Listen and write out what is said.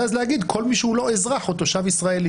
אז להגיד: כל מי שהוא לא אזרח או תושב ישראלי,